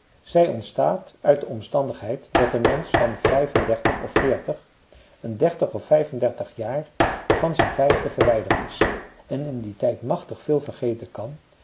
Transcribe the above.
zij ontstaat uit de omstandigheid dat een mensch van vijfendertig of veertig een dertig of vijfendertig jaar van zijn vijfde jaar verwijderd is en in dien tijd machtig veel vergeten kan